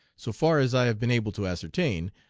so far as i have been able to ascertain,